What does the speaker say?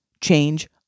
change